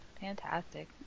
Fantastic